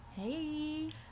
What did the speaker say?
Hey